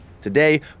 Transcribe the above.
Today